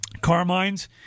Carmine's